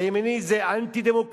הימני זה אנטי-דמוקרטי?